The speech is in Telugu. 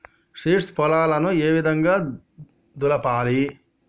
సీడ్స్ పొలాలను ఏ విధంగా దులపాలి?